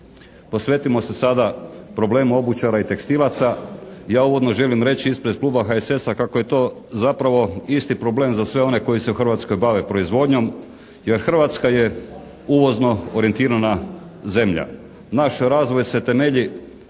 posvetimo se sada problemu obućara i tekstilaca. Ja uvodno želim reći ispred kluba HSS-a kako je to zapravo isti problem za sve one koji se u Hrvatskoj bave proizvodnjom jer Hrvatska je uvozno orijentirana zemlja. Naš razvoj se temelji